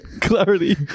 clarity